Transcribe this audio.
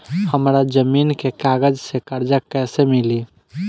हमरा जमीन के कागज से कर्जा कैसे मिली?